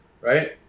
right